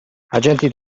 agenti